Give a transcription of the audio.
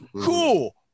Cool